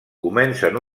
comencen